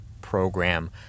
program